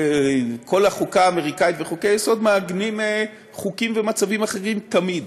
החוקה האמריקנית וחוקי-היסוד מעגנים חוקים ומצבים אחרים תמיד.